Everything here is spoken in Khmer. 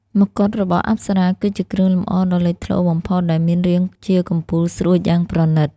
មកុដរបស់អប្សរាគឺជាគ្រឿងលម្អដ៏លេចធ្លោបំផុត ដែលមានរាងជាកំពូលស្រួចយ៉ាងប្រណីត។